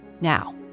Now